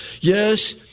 Yes